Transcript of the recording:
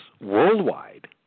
worldwide